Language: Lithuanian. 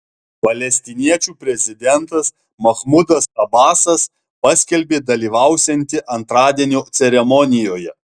palestiniečių prezidentas mahmudas abasas paskelbė dalyvausianti antradienio ceremonijoje